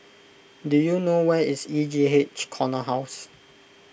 do you know where is E J H Corner House